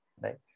Right